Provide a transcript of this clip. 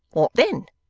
what then